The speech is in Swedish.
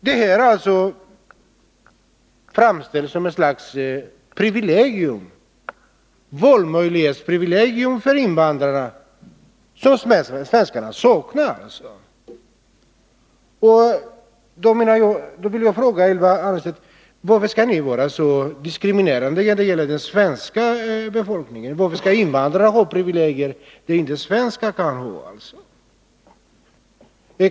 Valmöjligheten framställs här som ett slags privilegium för invandrarna, som svenskarna saknar. Då vill jag fråga Ylva Annerstedt: Varför skall ni diskriminera den svenska befolkningen? Varför skall invandrarna ha privilegier som inte svenskarna kan få?